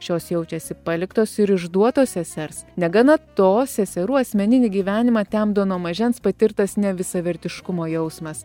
šios jaučiasi paliktos ir išduotos sesers negana to seserų asmeninį gyvenimą temdo nuo mažens patirtas nevisavertiškumo jausmas